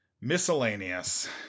Miscellaneous